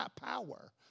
power